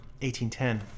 1810